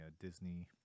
Disney